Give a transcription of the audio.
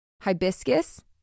Hibiscus